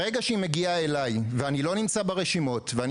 ברגע שהיא מגיעה אליי ואני לא נמצא ברשימות ואני